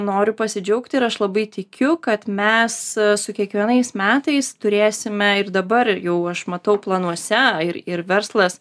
noriu pasidžiaugti ir aš labai tikiu kad mes su kiekvienais metais turėsime ir dabar jau aš matau planuose ir ir verslas